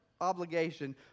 obligation